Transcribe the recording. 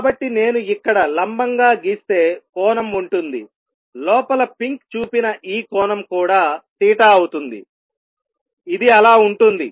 కాబట్టి నేను ఇక్కడ లంబంగా గీస్తే కోణం ఉంటుంది లోపల పింక్ చూపిన ఈ కోణం కూడా తీటా అవుతుంది ఇది అలా ఉంటుంది